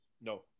No